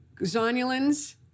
Zonulins